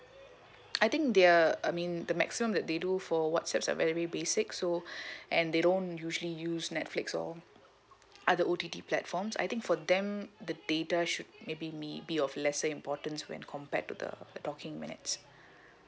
I think they're I mean the maximum that they do for whatsapp are very very basic so and they don't usually use netflix or other O_T_T platforms I think for them the data should maybe may be of lesser importance when compared to the the talking minutes